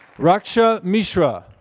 raksha mishra.